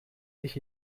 sich